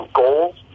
goals